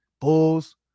Bulls